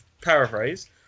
paraphrase